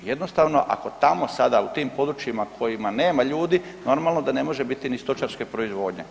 Jednostavno ako tamo sada u tim područjima u kojima nema ljudi normalno da ne može biti ni stočarske proizvodnje.